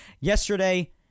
Yesterday